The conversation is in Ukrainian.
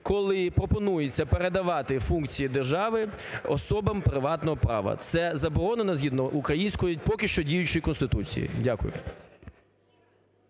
коли пропонується передавати функції держави особам приватного права. Це заборонено згідно української, поки що діючої, Конституції. Дякую.